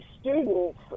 students